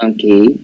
Okay